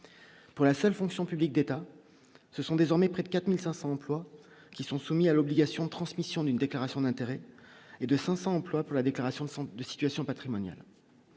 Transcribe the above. pour la seule fonction publique d'État, ce sont désormais près de 4500 emplois qui sont soumis à l'obligation de transmission d'une déclaration d'intérêts et de 500 emplois pour la déclaration de de situation patrimoniale,